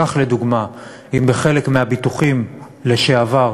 כך, לדוגמה, בחלק מהביטוחים לשעבר,